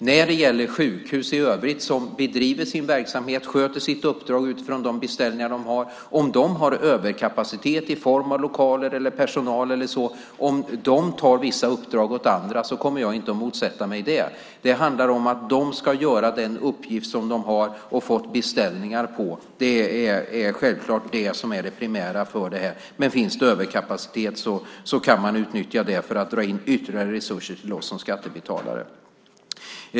Om sjukhus, som i övrigt bedriver sin verksamhet och sköter sitt uppdrag utifrån de beställningar de har, har överkapacitet i form av lokaler, personal och annat, tar vissa uppdrag åt andra kommer jag inte att motsätta mig det. Det handlar om att de ska utföra den uppgift de har och som de fått beställningar på. Det är självklart det primära, men om det finns överkapacitet kan de utnyttja den för att dra in ytterligare resurser till oss som skattebetalare.